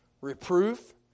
reproof